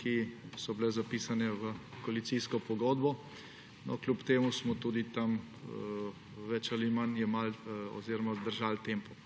ki so bile zapisane v koalicijsko pogodbo. Kljub temu smo tudi tam več ali manj vzdržali tempo.